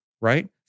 right